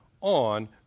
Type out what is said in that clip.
on